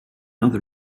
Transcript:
other